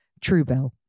Truebill